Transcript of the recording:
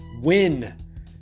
win